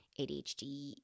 ADHD